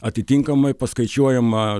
atitinkamai paskaičiuojama